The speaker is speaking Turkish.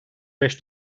beş